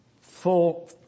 full